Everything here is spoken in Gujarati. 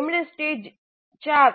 તેમણે 4